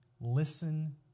Listen